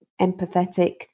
empathetic